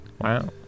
Wow